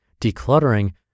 decluttering